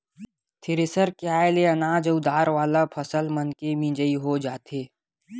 thresher के आये ले अनाज अउ दार वाला फसल मनके मिजई हो जाथे